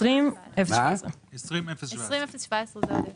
שירותי עזר, הסעות ומענקים לפיתוח, 22,946,000